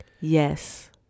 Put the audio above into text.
yes